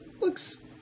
looks